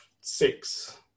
six